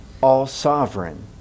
all-sovereign